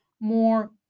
more